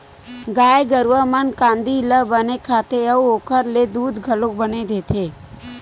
गाय गरूवा मन कांदी ल बने खाथे अउ ओखर ले दूद घलो बने देथे